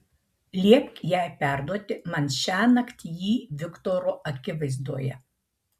liepk jai perduoti man šiąnakt jį viktoro akivaizdoje